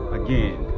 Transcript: again